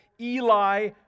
Eli